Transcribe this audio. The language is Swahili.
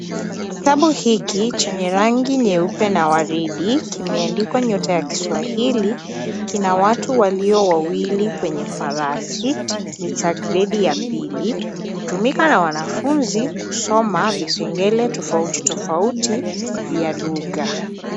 Kitabu hiki chenye rangi nyeupe na waridi kimeandikwa, nyota ya kiswahili, kina watu walio wawili kwenye farasi ni cha gredi ya pili. Hutumika na wanafunzi kusoma vipengele tofauti tofauti vya lugha.